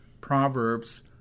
Proverbs